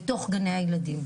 בתוך גני הילדים.